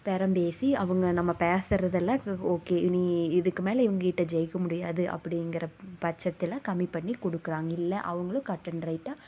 பேரம்பேசி அவங்க நம்ம பேசுறதெல்லான் ஓகே இனி இதுக்கு மேல் இவங்ககிட்ட ஜெயிக்க முடியாது அப்படிங்குற பட்சத்தில் கம்மி பண்ணி கொடுக்குறாங்க இல்லை அவங்களும் கட் அண்ட் ரைட்டாக